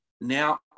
now